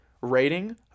Rating